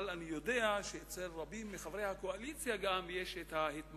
אבל אני יודע שאצל רבים מחברי הקואליציה יש גם התמרמרות